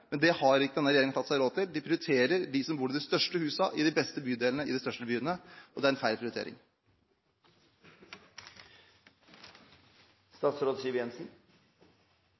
Men det har ikke denne regjeringen tatt seg råd til. De prioriterer dem som bor i de største husene i de beste bydelene i de største byene, og det er en feil